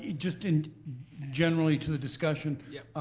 ah just and generally to the discussion.